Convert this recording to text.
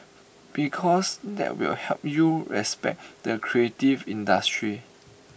because that will help you respect the creative industry